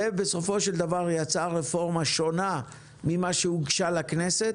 ובסופו של דבר יצאה רפורמה שונה ממה שהוגשה לכנסת,